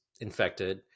infected